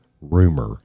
rumor